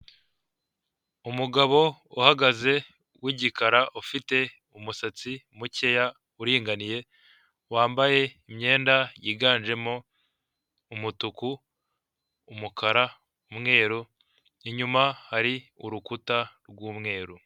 Umugabo uhagaze w'igikara, ufite umusatsi mukeya uringaniye, wambaye imyenda yiganjemo umutuku, umukara, umweru, inyuma hari urukuta rw'umweru.